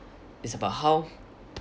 it's about how